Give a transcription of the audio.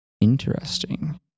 Interesting